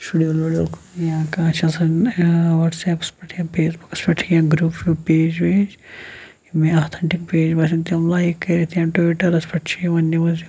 schedule وَڈیوٗل یا کانٛہہ چھِ آسان وَٹسیپَس پٮ۪ٹھ یا فیسبُکَس پٮ۪ٹھ کیںٛہہ گرُپ وُپ پیج ویج یِم مےٚ آتھَنٹِک پیج باسن تِم لایک کٔرِتھ یا ٹُوِٹَرَس پٮ۪ٹھ چھِ یِوان نِوٕز